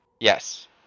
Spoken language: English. Yes